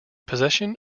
possession